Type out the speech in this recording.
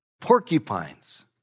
Porcupines